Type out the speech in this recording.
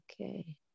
okay